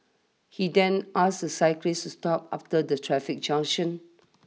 he then asked the cyclist to stop after the traffic junction